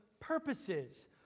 purposes